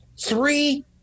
three